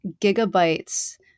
gigabytes